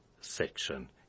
section